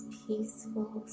peaceful